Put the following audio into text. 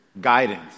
guidance